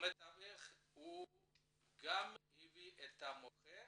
המתווך הביא גם את המוכר